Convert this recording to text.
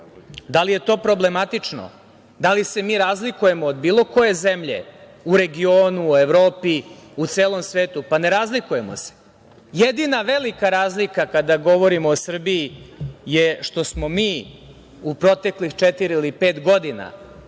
da li je to problematično, da li se mi razlikujemo od bilo koje zemlje u regionu, u Evropi, u celom svetu? Pa ne razlikujemo se. Jedina velika razlika, kada govorimo o Srbiji, je što smo mi u protekli četiri ili pet godina,